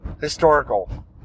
Historical